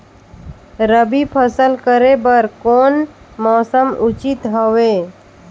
रबी फसल करे बर कोन मौसम उचित हवे?